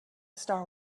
star